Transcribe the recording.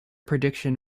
prediction